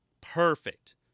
perfect